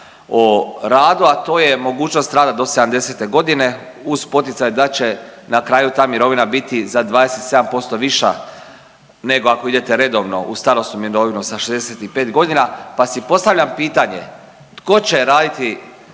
o radu, a to je mogućnost rada do 70-te godine uz poticaj da će na kraju ta mirovina biti za 27% viša nego ako idete redovno u starosnu mirovinu sa 65 godina, pa si postavljam pitanje tko će raditi